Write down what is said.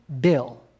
bill